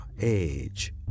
age